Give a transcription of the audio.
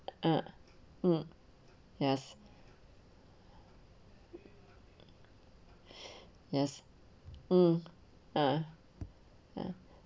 ah mm yes yes mm uh uh